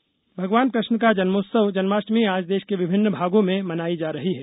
जन्माष्टमी भगवान कृष्ण का जन्मोत्सव जनमाष्टमी आज देश के विभिन्न भागों में मनायी जा रही है